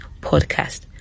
podcast